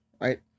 right